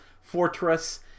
fortress